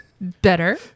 Better